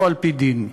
או על-פי דין.